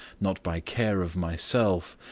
not by care of myself,